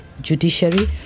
judiciary